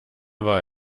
war